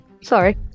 Sorry